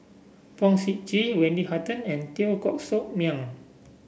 Fong Sip Chee Wendy Hutton and Teo Koh Sock Miang